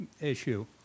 issue